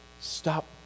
stop